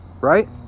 Right